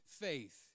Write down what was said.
faith